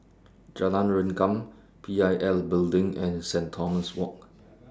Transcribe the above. Jalan Rengkam P I L Building and Saint Thomas Walk